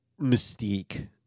mystique